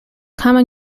common